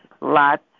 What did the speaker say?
lots